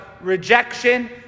rejection